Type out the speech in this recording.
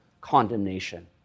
condemnation